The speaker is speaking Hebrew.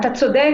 אתה צודק.